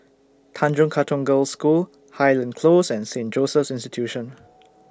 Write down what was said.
Tanjong Katong Girls' School Highland Close and Saint Joseph's Institution